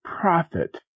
profit